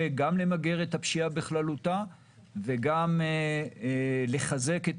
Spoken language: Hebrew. גם למגר את הפשיעה בכללותה וגם לחזק את